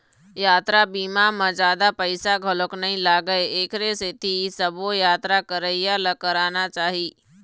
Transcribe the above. यातरा बीमा म जादा पइसा घलोक नइ लागय एखरे सेती सबो यातरा करइया ल कराना चाही